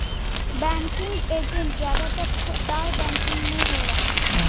banking agent जादातर खुदरा bank में होलन